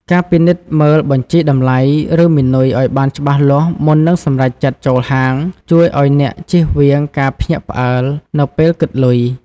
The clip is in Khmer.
ការពិនិត្យមើលបញ្ជីតម្លៃ ឬ មីនុយ ឱ្យបានច្បាស់លាស់មុននឹងសម្រេចចិត្តចូលហាង ជួយឱ្យអ្នកជៀសវាងការភ្ញាក់ផ្អើលនៅពេលគិតលុយ។